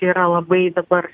yra labai dabar